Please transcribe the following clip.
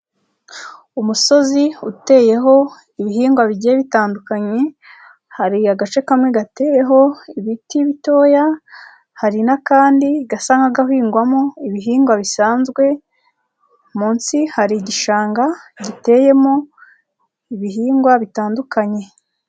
Umusozi uteyeho ibihingwa bigiye bitandukanye, hari agace kamwe gateyeho ibiti bitoya, hari n'akandi gasa nk'agahingwamo ibihingwa bisanzwe, munsi hari igishanga giteyemo ibihingwa bitandukanye.